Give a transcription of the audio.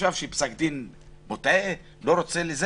חשב שפסק הדין מוטעה והוא לא רצה ל...